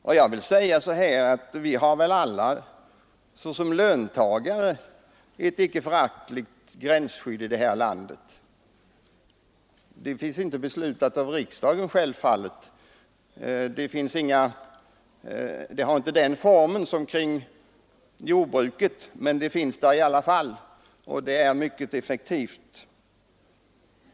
Vad jag slutligen vill säga är att vi väl alla som löntagare också har ett icke föraktligt gränsskydd. Det är självfallet inte beslutat av riksdagen och det har inte formen av ett gränsskydd i egentlig mening, men det finns där i alla fall och är mycket effektivt.